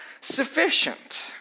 sufficient